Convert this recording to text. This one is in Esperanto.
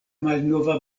malnova